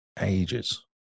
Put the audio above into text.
Ages